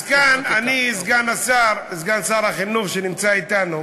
אז כאן אני, סגן השר, סגן שר החינוך, שנמצא אתנו,